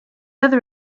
other